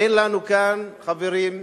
אין לנו כאן, חברים,